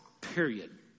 period